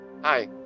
Hi